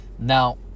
Now